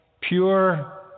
pure